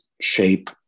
shape